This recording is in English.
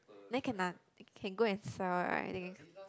then can 拿 can go and sell right I think